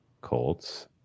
Colts